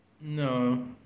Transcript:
No